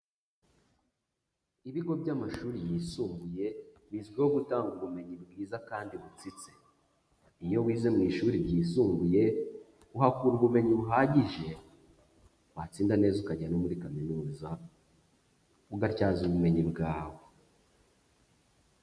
Ibigo by'amashuri yisumbuye bizwiho gutanga ubumenyi bwiza kandi butsitse, iyo wize mu ishuri ryisumbuye uhakura ubumenyi buhagije, watsinda neza ukajya no muri kaminuza ugatyaza ubumenyi bwawo.